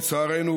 לצערנו,